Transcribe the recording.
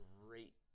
great